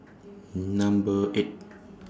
Number eight